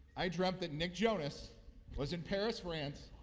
i dreamt that nick jonas was in paris france,